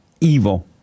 evil